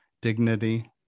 dignity